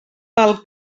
pel